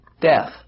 death